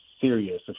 serious